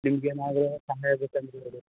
ನಿಮ್ಗೆ ಏನಾರೂ ಸಹಾಯ ಬೇಕಂದ್ರೆ ಹೇಳಿ